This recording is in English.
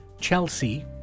Chelsea